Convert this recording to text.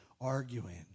arguing